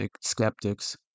skeptics